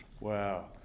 Wow